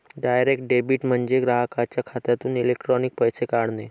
direct debit म्हणजे ग्राहकाच्या खात्यातून इलेक्ट्रॉनिक पैसे काढणे